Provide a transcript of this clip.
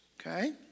okay